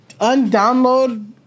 undownload